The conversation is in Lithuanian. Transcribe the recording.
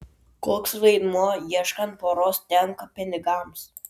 koks vaidmuo ieškant poros tenka pinigams